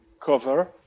cover